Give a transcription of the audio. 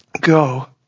go